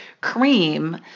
cream